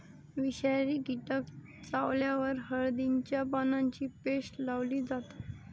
विषारी कीटक चावल्यावर हळदीच्या पानांची पेस्ट लावली जाते